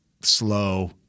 slow